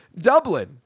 Dublin